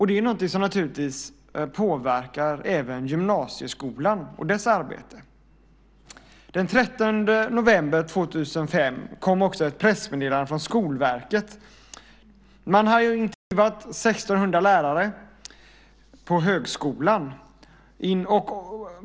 Det är någonting som naturligtvis påverkar även gymnasieskolan och dess arbete. Den 13 november 2005 kom det ett pressmeddelande från Skolverket. Man har intervjuat 1 600 lärare på högskolan.